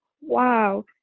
wow